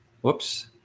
Whoops